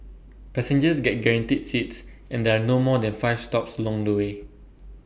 passengers get guaranteed seats and there are no more than five stops along the way